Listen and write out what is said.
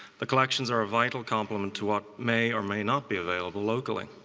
the collections are a vital complement to what may or may not be available locally.